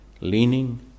leaning